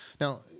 Now